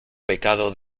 pecado